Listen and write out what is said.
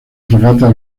fragata